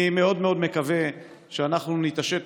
אני מאוד מאוד מקווה שאנחנו נתעשת,